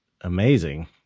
amazing